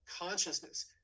consciousness